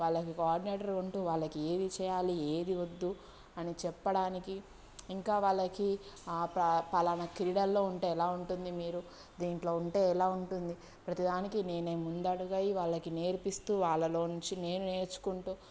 వాళ్ళకి కోఆర్డినేటర్ ఉంటూ వాళ్ళకి ఏది చేయాలి ఏది వద్దు అని చెప్పడానికి ఇంకా వాళ్ళకి పా పలానా క్రీడల్లో ఉంటే ఎలా ఉంటుంది మీరు దీంట్లో ఉంటే ఎలా ఉంటుంది ప్రతి దానికి నేనే ముందు అడుగై వాళ్ళకి నేర్పిస్తూ వాళ్ళలో నుంచి నేను నేర్చుకుంటూ